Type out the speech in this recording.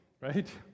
right